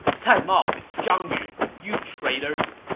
cai mao, zhang yun, you traitors!